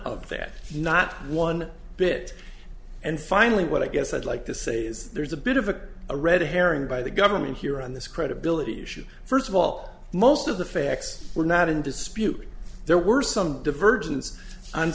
that not one bit and finally what i guess i'd like to say is there's a bit of a a red herring by the government here on this credibility issue first of all most of the facts were not in dispute there were some divergence on